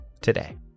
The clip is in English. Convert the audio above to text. today